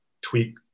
tweak